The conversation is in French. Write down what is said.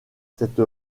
cette